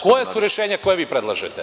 Koja su rešenja koja vi predlažete?